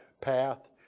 path